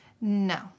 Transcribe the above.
No